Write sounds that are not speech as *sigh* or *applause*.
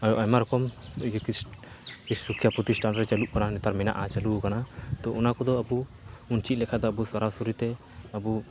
ᱟᱭᱢᱟ ᱨᱚᱠᱚᱢ *unintelligible* ᱥᱤᱠᱠᱷᱟ ᱯᱚᱛᱤᱥᱴᱟᱱᱨᱮ ᱪᱟᱹᱞᱩᱜ ᱠᱟᱱᱟ ᱱᱮᱛᱟᱨ ᱢᱮᱱᱟᱜᱼᱟ ᱟᱨ ᱪᱟᱹᱞᱩᱣ ᱠᱟᱱᱟ ᱛᱳ ᱚᱱᱟᱠᱚ ᱫᱚ ᱟᱹᱵᱩ ᱪᱤᱫᱞᱮᱠᱷᱟᱱ ᱫᱚ ᱥᱚᱨᱥᱚᱨᱤ ᱟᱵᱚ